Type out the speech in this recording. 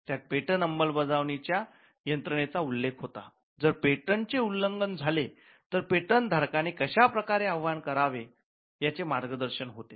त्यात पेटंट अंमलबजावणी च्या यंत्रणेचा उल्लेख होता जर पेटंट चे उल्लंघन झाले तर पेटंट धारकाने कश्या प्रकारे आव्हान करावे याचे मार्गदर्शन होते